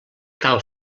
cal